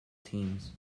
teams